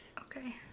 Okay